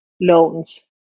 loans